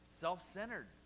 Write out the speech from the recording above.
self-centered